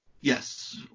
Yes